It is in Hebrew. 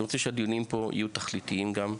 אני רוצה שהדיונים פה יהיו תכליתיים גם,